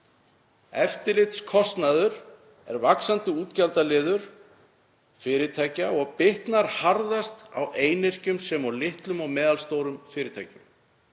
Eftirlitskostnaður er vaxandi útgjaldaliður fyrirtækja og bitnar harðast á einyrkjum sem og litlum og meðalstórum fyrirtækjum.